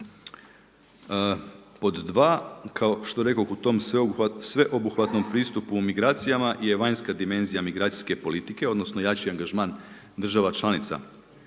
Pod dva, kao što rekoh, u tom sveobuhvatnom pristupu migracijama je vanjska dimenzija migracijske politike odnosno jači angažman država članica